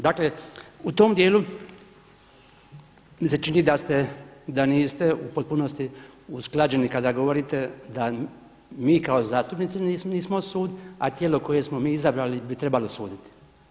Dakle, u tom dijelu mi se čini da niste u potpunosti usklađeni kada govorite da mi kao zastupnici nismo sud, a tijelo koje smo mi izabrali bi trebalo suditi.